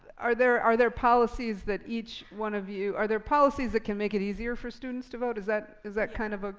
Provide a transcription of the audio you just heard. are there are there policies that each one of you, are there policies that can make it easier for students to vote? is that is that kind of? ah